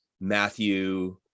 matthew